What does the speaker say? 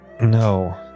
No